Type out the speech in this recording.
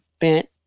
bent